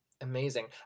Amazing